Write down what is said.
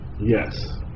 Yes